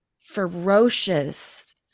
ferocious